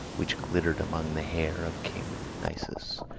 which glittered among the hair of king nisus,